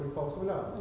uh